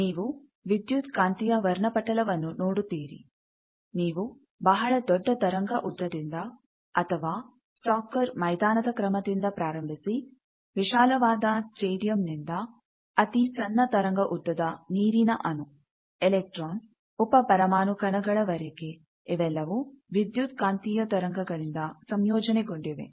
ನೀವು ವಿದ್ಯುತ್ ಕಾಂತೀಯ ವರ್ಣಪಟಲವನ್ನು ನೋಡುತ್ತೀರಿ ನೀವು ಬಹಳ ದೊಡ್ಡ ತರಂಗ ಉದ್ದದಿಂದ ಅಥವಾ ಸಾಕರ್ ಮೈದಾನದ ಕ್ರಮದಿಂದ ಪ್ರಾರಂಭಿಸಿ ವಿಶಾಲವಾದ ಸ್ಟೇಡಿಯಂನಿಂದ ಅತೀ ಸಣ್ಣ ತರಂಗ ಉದ್ದದ ನೀರಿನ ಅಣು ಎಲೆಕ್ಟ್ರಾನ್ ಉಪ ಪರಮಾಣು ಕಣಗಳ ವರೆಗೆ ಇವೆಲ್ಲವೂ ವಿದ್ಯುತ್ ಕಾಂತೀಯ ತರಂಗಗಳಿಂದ ಸಂಯೋಜನೆ ಗೊಂಡಿವೆ